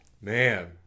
Man